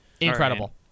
Incredible